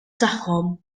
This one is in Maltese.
tagħhom